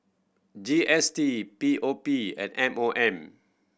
G S T P O P and M O M